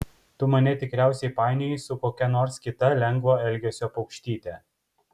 tu mane tikriausiai painioji su kokia nors kita lengvo elgesio paukštyte